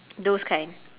those kind